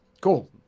cool